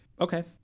Okay